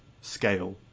scale